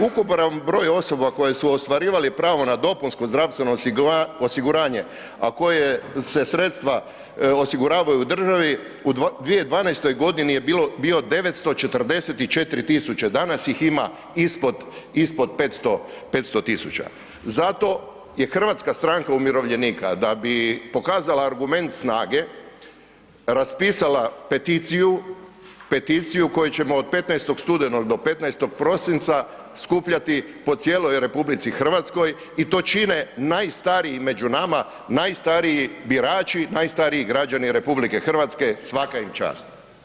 Ukupan broj osoba koje su ostvarivale pravo na dopunsko zdravstveno osiguranje, a koje se sredstva osiguravaju u državi u 2012.g. je bilo, bio 944 000, danas ih ima ispod, ispod 500, 500 000, zato je Hrvatska stranka umirovljenika da bi pokazala argument snage raspisala peticiju, peticiju koju ćemo od 15. studenog do 15. prosinca skupljati po cijeloj RH i to čine najstariji među nama, najstariji birači, najstariji građani RH, svaka im čast.